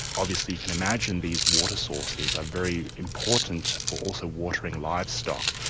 obviously you can imagine these water sources are very important for also watering livestock,